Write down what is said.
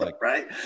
right